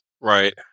Right